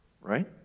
Right